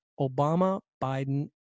Obama-Biden